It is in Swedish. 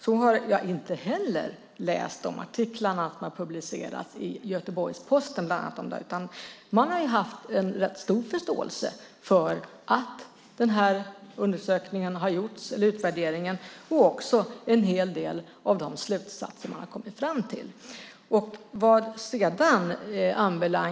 Så har jag inte heller läst de artiklar som har publicerats i bland annat Göteborgs-Posten om detta. Man har haft en stor förståelse för att utvärderingen har gjorts. Det gäller också en hel del av de slutsatser man har kommit fram till i utvärderingen.